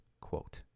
quote